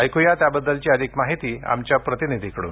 ऐकूया त्याबद्दलची अधिक माहिती आमच्या प्रतिनिधींकडून